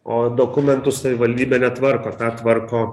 o dokumentų savivaldybė netvarko tą tvarko